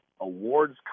awards